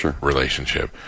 relationship